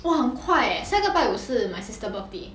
!wah! 很快 eh 下个拜五是 my sister birthday